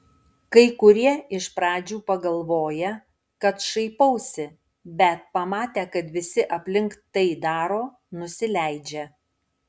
kai kurie iš pradžių pagalvoja kad šaipausi bet pamatę kad visi aplink tai daro nusileidžia